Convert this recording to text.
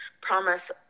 promise